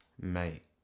Mate